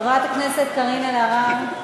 חברת הכנסת קארין אלהרר.